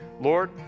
lord